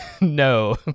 no